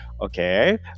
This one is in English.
Okay